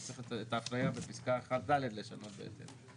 אז צריך את ההפנייה בפסקה 1ד לשנות בהתאם.